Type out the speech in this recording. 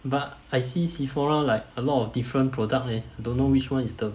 but I see Sephora like a lot of different product leh don't know which [one] is the